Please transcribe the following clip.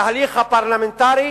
בתהליך הפרלמנטרי,